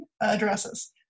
addresses